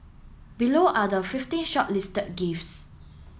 below are the fifteen shortlisted gifts